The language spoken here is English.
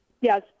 yes